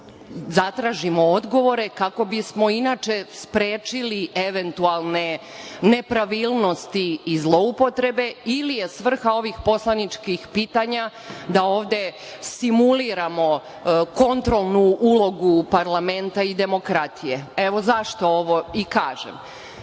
zatražimo odgovore kako bismo inače sprečili eventualne nepravilnosti i zloupotrebe ili je svrha ovih poslaničkih pitanja da ovde simuliramo kontrolnu ulogu parlamenta i demokratije? Evo zašto ovo i kažem. Naime,